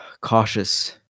cautious